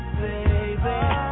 baby